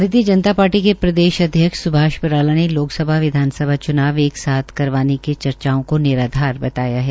भारतीय जनता पार्टी के प्रदेश अध्यक्ष स्भाष बराला ने लोकसभा विधानसभा च्नाव एक साथ करवाने की चर्चाओं को निराधार बताया है